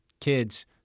kids